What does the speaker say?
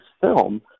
film